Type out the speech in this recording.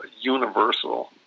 universal